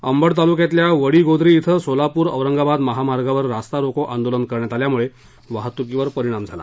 अंबड तालुक्यातल्या वडीगोद्री ॐ सोलापूर औरंगाबाद महामार्गावर रास्ता रोको आंदोलन करण्यात आल्यामुळे वाहतुकीवर परिणाम झाला